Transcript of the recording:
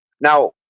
Now